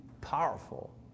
powerful